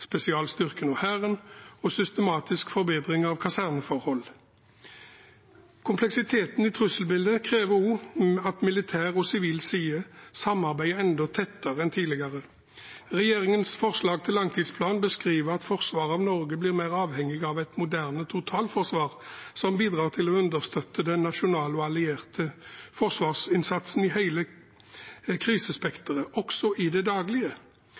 og Hæren, og systematisk forbedring av kaserneforhold. Kompleksiteten i trusselbildet krever også at militær og sivil side samarbeider enda tettere enn tidligere. Regjeringens forslag til langtidsplan beskriver at forsvaret av Norge blir mer avhengig av et moderne totalforsvar som bidrar til å understøtte den nasjonale og allierte forsvarsinnsatsen i hele krisespekteret, også i det daglige.